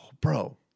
bro